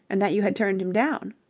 and that you had turned him down.